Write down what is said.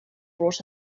brought